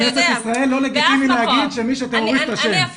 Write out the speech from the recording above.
בכנסת ישראל לא לגיטימי להגיד שמי שטרוריסט, אשם.